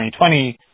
2020